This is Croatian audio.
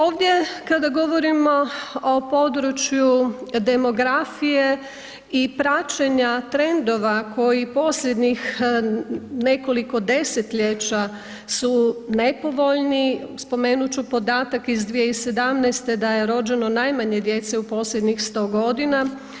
Ovdje kada govorimo o području demografije i praćenja trendova koji posljednjih nekoliko desetljeća su nepovoljni, spomenut ću podatak iz 2017. da je rođeno najmanje djece u posljednjih 100 godina.